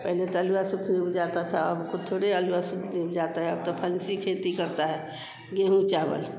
पहले तो अलुआ सबसे उपजता था अब कुछ थोड़ी अलुआ सिर्फ उपजता है अब तो फलसी खेती करते हैं गेहूँ चावल